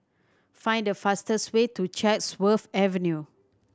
find the fastest way to Chatsworth Avenue